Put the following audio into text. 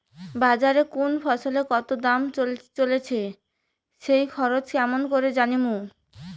বাজারে কুন ফসলের কতো দাম চলেসে সেই খবর কেমন করি জানীমু?